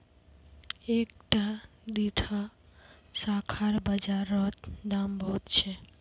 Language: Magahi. इकट्ठा दीडा शाखार बाजार रोत दाम बहुत छे